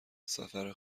سفر